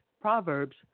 Proverbs